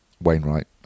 Wainwright